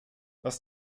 was